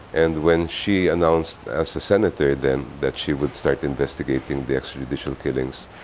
and when she announced, as a senator then, that she would start investigating the extrajudicial killings,